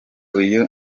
uyu